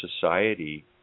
society